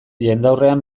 jendaurrean